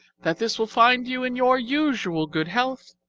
that this will find you in your usual good health,